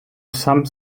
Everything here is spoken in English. some